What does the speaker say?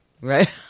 Right